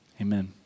Amen